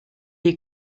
est